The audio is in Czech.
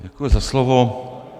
Děkuji za slovo.